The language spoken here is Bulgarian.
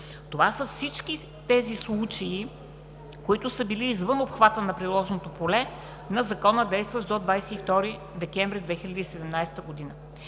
Това са всички тези случаи, които са били извън обхвата на приложното поле на Закона, действащ до 22 декември 2017 г.